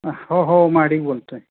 हो हो महाडिग बोलतो आहे